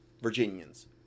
Virginians